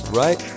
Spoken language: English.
right